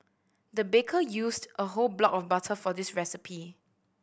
the baker used a whole block of butter for this recipe